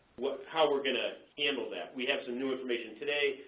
how we're going to handle that. we have some new information today,